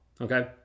okay